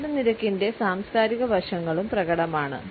സംസാര നിരക്കിന്റെ സാംസ്കാരിക വശങ്ങളും പ്രകടമാണ്